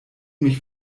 mich